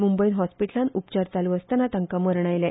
मुंबयत हाँस्पीटलांत उपचार चालू आसताना तांका मरण आयले